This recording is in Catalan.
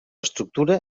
estructura